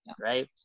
right